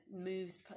moves